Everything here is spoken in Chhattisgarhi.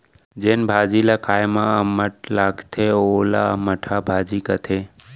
जेन भाजी ल खाए म अम्मठ लागथे वोला अमटहा भाजी कथें